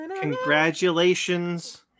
Congratulations